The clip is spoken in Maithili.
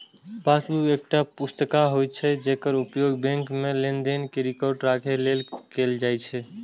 पासबुक एकटा पुस्तिका होइ छै, जेकर उपयोग बैंक मे लेनदेन के रिकॉर्ड राखै लेल कैल जाइ छै